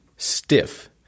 stiff